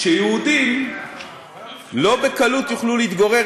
שיהודים לא בקלות יוכלו להתגורר,